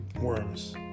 Worms